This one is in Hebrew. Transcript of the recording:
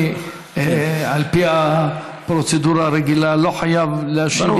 על פי הפרוצדורה הרגילה אדוני לא חייב להשיב.